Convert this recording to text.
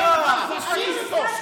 יאללה, אתה פשיסט.